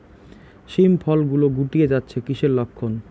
শিম ফল গুলো গুটিয়ে যাচ্ছে কিসের লক্ষন?